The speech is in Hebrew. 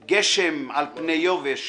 / גשם על פני יובש